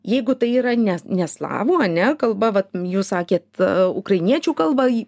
jeigu tai yra ne ne slavų ane kalba vat jūs sakėt ukrainiečių kalba